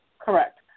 Correct